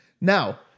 now